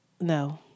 no